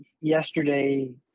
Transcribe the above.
yesterday